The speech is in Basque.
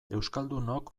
euskaldunok